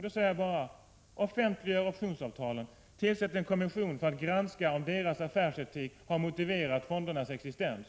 Då säger jag bara: Offentliggör optionsavtalen! Tillsätt en kommission för att granska om fondernas affärsetik har motiverat deras existens!